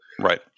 Right